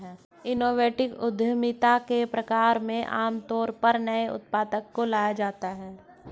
innovative उद्यमिता के प्रकार में आमतौर पर नए उत्पाद को लाया जाता है